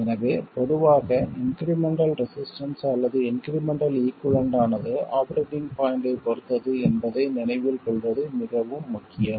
எனவே பொதுவாக incremental resistance அல்லது இன்க்ரிமெண்ட்டல் ஈகுய்வலன்ட் ஆனது ஆபரேட்டிங் பாய்ண்ட்டைப் பொறுத்தது என்பதை நினைவில் கொள்வது மிகவும் முக்கியம்